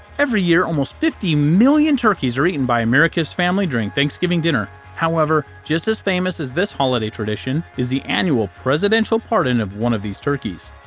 every year, almost fifty million turkeys are eaten by america's families during thanksgiving dinner. however, just as famous as this holiday tradition is the annual presidential pardon of one of these turkeys.